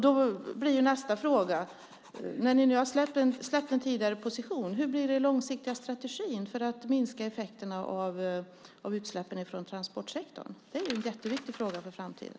Då blir nästa fråga: Hur blir den långsiktiga strategin, när ni nu har släppt er tidigare position, för att minska effekterna av utsläppen från transportsektorn? Det är en jätteviktig fråga för framtiden.